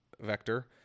vector